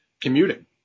commuting